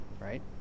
right